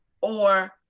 or-